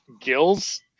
gills